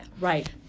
Right